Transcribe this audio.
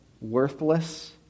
worthless